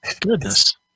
Goodness